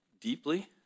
deeply